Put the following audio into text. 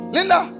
Linda